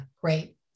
great